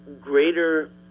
greater